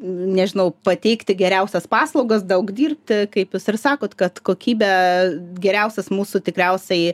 nežinau pateikti geriausias paslaugas daug dirbti kaip jūs ir sakot kad kokybe geriausias mūsų tikriausiai